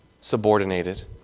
subordinated